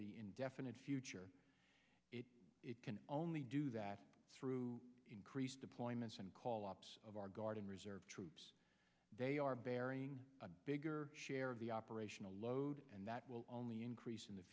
the indefinite future it can only do that through increased deployments and call ups of our guard and reserve troops they are bearing a bigger share of the operational load and that will only increase in the